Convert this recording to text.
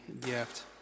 gift